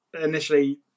initially